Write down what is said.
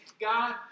God